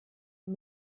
dem